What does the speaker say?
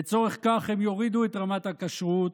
לצורך כך הם יורידו את רמת הכשרות,